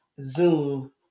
Zoom